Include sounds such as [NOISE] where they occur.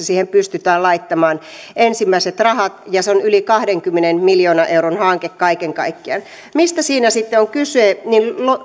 [UNINTELLIGIBLE] siihen pystytään laittamaan ensimmäiset rahat ja se on yli kahdenkymmenen miljoonan euron hanke kaiken kaikkiaan mistä siinä sitten on kyse niin